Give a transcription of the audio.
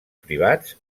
privats